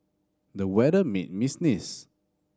the weather made me sneeze